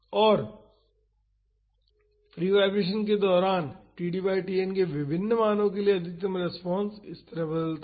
और free vibration के दौरान td बाई Tn के विभिन्न मानो के लिए अधिकतम रेस्पोंसे इस तरह बदलता है